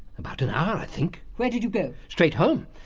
about an hour, i think. where did you go? straight home.